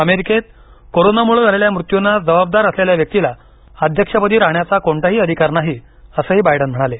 अमेरिकेत कोरोनामुळं झालेल्या मृत्युंना जबाबदार असलेल्या व्यक्तीला अध्यक्षपदी राहण्याचा कोणताही अधिकार नाही असंही बायडन म्हणाले